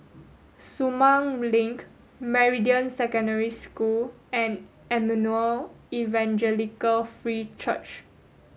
Sumang Link Meridian Secondary School and Emmanuel Evangelical Free Church